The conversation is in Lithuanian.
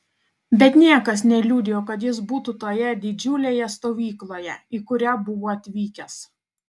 bet niekas neliudijo kad jis būtų toje didžiulėje stovykloje į kurią buvo atvykęs